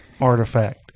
artifact